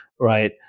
Right